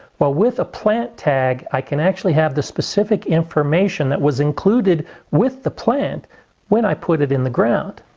well, with a plant tag i can actually have the specific information that was included with the plant when i put it in the ground.